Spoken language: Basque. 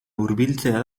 hurbiltzea